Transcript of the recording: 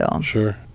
Sure